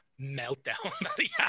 meltdown